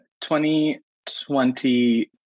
2020